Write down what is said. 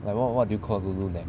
like what what do you call Lululemon